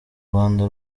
rwanda